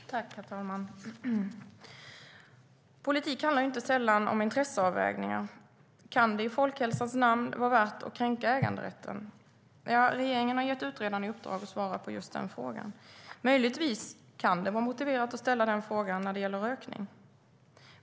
Herr talman! Politik handlar inte sällan om intresseavvägningar. Kan det i folkhälsans namn vara värt att kränka äganderätten? Regeringen har gett utredaren i uppdrag att svara på just den frågan. Möjligtvis kan det vara motiverat att ställa den frågan när det gäller rökning.